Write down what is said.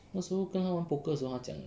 那时候跟他玩 poker 的时候他讲的